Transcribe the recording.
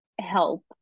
help